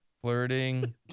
Flirting